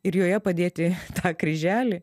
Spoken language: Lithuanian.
ir joje padėti tą kryželį